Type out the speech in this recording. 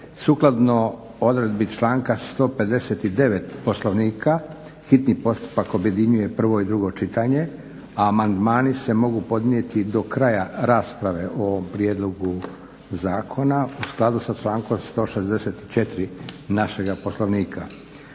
Sukladno odredbi članka 159. Poslovnika hitni postupak objedinjuje prvo i drugo čitanje, a amandmani se mogu podnijeti do kraja rasprave o ovom prijedlogu zakona u skladu sa člankom 164. našega Poslovnika.